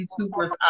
YouTubers